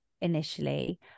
initially